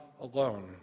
alone